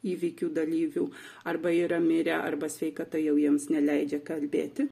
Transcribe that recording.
įvykių dalyvių arba yra mirę arba sveikata jau jiems neleidžia kalbėti